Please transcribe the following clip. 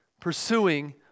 pursuing